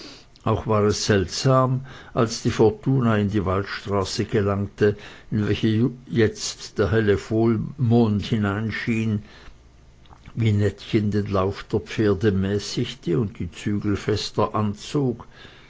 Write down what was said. auch war es seltsam als die fortuna in die waldstraße gelangte in welche jetzt der helle vollmond hineinschien wie nettchen den lauf der pferde mäßigte und die zügel fester anzog